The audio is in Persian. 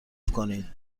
کنید